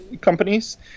companies